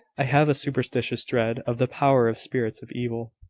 i have a superstitious dread of the power of spirits of evil.